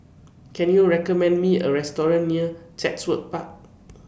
Can YOU recommend Me A Restaurant near Chatsworth Park